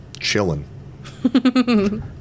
chilling